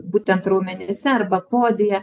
būtent raumenyse arba poodyje